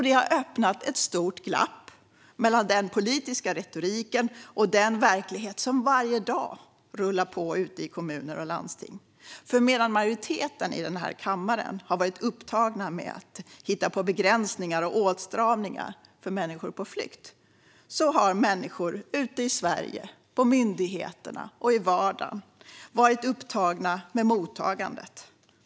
Det har öppnat ett stort glapp mellan den politiska retoriken och den verklighet som varje dag rullar på ute i kommuner och landsting. Medan majoriteten i den här kammaren har varit upptagen med att hitta på begränsningar och åtstramningar för människor på flykt har nämligen människor ute i Sverige - på myndigheterna och i vardagen - varit upptagna med mottagandet.